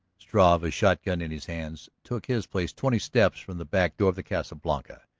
struve, a shotgun in his hands, took his place twenty steps from the back door of the casa blanca,